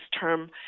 term